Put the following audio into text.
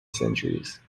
centuries